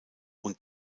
und